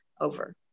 over